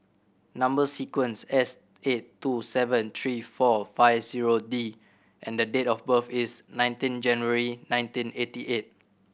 number sequence S eight two seven three four five zero D and date of birth is nineteen January nineteen eighty eight